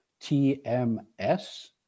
TMS